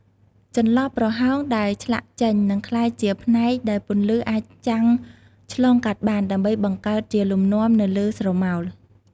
ចន្លោះប្រហោងដែលឆ្លាក់ចេញ នឹងក្លាយជាផ្នែកដែលពន្លឺអាចចាំងឆ្លងកាត់បាន ដើម្បីបង្កើតជាលំនាំនៅលើស្រមោល។